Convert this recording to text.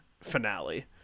finale